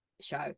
show